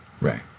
right